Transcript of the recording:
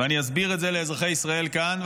ואני אסביר את זה לאזרחי ישראל כאן,